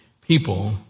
people